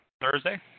Thursday